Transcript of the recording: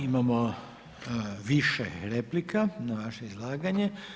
Imamo više replika na vaše izlaganje.